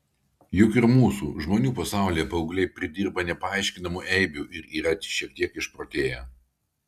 juk ir mūsų žmonių pasaulyje paaugliai pridirba nepaaiškinamų eibių ir yra šiek tiek išprotėję